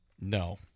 no